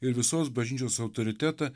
ir visos bažnyčios autoritetą